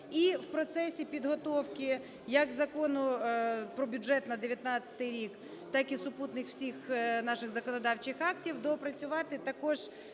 І в процесі підготовки як Закон про бюджет на 19-й рік, так і супутніх всіх наших законодавчих актів доопрацювати також